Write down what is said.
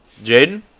Jaden